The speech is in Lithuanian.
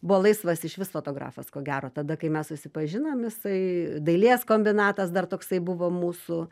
buvo laisvas iš vis fotografas ko gero tada kai mes susipažinom jisai dailės kombinatas dar toksai buvo mūsų